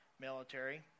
military